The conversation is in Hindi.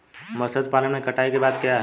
मत्स्य पालन में कटाई के बाद क्या है?